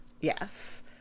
Yes